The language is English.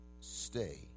Stay